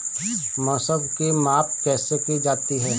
मौसम की माप कैसे की जाती है?